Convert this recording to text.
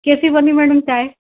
कैसी बनी मैडम चाय